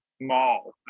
mall